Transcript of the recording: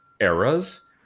eras